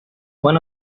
one